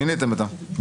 מיניתם איתן.